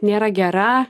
nėra gera